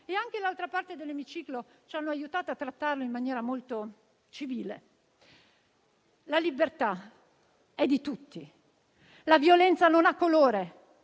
e anche l'altra parte dell'Emiciclo ci hanno aiutato a trattarlo in maniera molto civile. La libertà è di tutti. La violenza non ha colore.